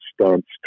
stunts